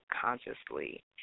consciously